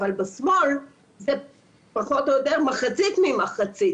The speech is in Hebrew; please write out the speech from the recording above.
אבל בשמאל זה פחות או יותר מחצית ממחצית,